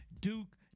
Duke